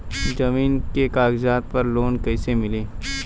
जमीन के कागज पर लोन कइसे मिली?